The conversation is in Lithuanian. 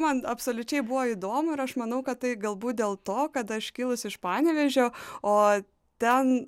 man absoliučiai buvo įdomu ir aš manau kad tai galbūt dėl to kad aš kilusi iš panevėžio o ten